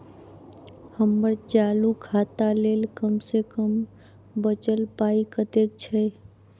हम्मर चालू खाता लेल कम सँ कम बचल पाइ कतेक छै?